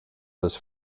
was